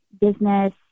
business